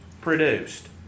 produced